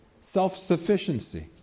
Self-sufficiency